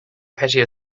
patio